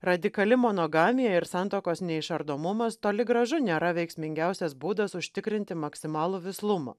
radikali monogamija ir santuokos neišardomumas toli gražu nėra veiksmingiausias būdas užtikrinti maksimalų vislumą